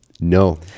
No